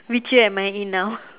which year am I in now